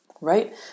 Right